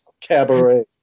cabaret